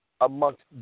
amongst